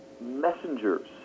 messengers